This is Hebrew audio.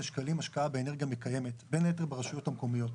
שקלים השקעה באנרגיה מקיימת בין היתר ברשויות המקומיות.